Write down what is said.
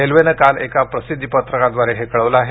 रेल्वेनं काल एका प्रसिद्धी पत्रकाद्वारे हे कळवलं आहे